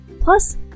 Plus